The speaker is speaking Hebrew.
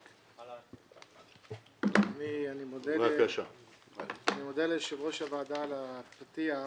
אני מודה ליושב-ראש הוועדה על הפתיח.